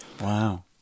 Wow